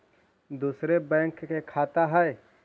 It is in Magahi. दुसरे बैंक के खाता हैं?